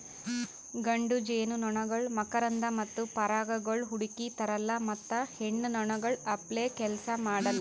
ಗಂಡು ಜೇನುನೊಣಗೊಳ್ ಮಕರಂದ ಮತ್ತ ಪರಾಗಗೊಳ್ ಹುಡುಕಿ ತರಲ್ಲಾ ಮತ್ತ ಹೆಣ್ಣ ನೊಣಗೊಳ್ ಅಪ್ಲೇ ಕೆಲಸ ಮಾಡಲ್